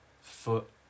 foot